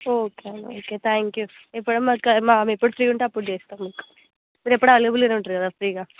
okay అండి okay thank you ఎప్పుడైనా మా ఎప్పుడు ఫ్రీగా ఉంటే చేస్తాం ఇంకా మీరు ఎప్పుడు అవైలబుల్గానే ఉంటారు కదా ఫ్రీగా